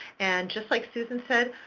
and just like susan said,